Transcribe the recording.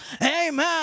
Amen